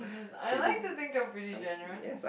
I like to think I'm pretty generous